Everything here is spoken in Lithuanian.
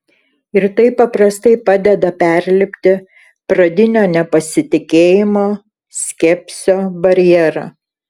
ir tai paprastai padeda perlipti pradinio nepasitikėjimo skepsio barjerą